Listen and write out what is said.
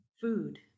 food